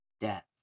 death